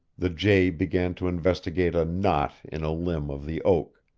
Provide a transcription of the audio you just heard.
the jay began to investigate a knot in a limb of the oak.